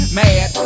mad